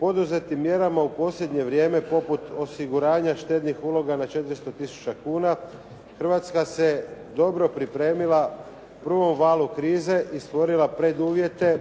poduzetim mjerama u posljednje vrijeme poput osiguranja štednih uloga na 400 tisuća kuna, Hrvatska se dobro pripremila u prvom valu krize i stvorila preduvjete